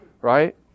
right